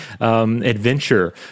adventure